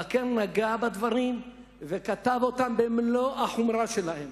המבקר נגע בדברים וכתב אותם במלוא החומרה שלהם.